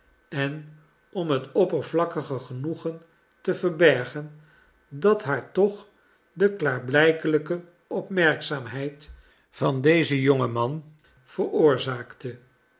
en om het oppervlakkige genoegen te verbergen dat haar toch de klaarblijkelijke opmerkzaamheid van dezen jongen man veroorzaakte